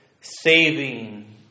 saving